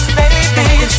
Baby